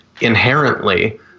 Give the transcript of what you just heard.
inherently